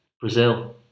Brazil